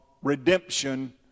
redemption